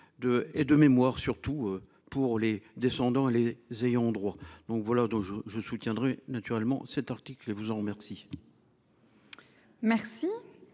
et, de mémoire, surtout pour les descendants les ayants droit donc voilà donc je je soutiendrais naturellement cet article et vous en remercie.